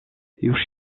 już